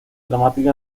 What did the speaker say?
dramático